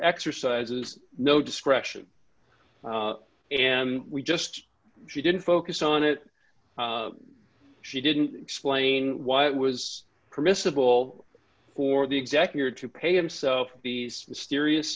exercises no discretion and we just she didn't focus on it she didn't explain why it was permissible for the executor to pay him so these mysterious